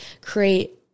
create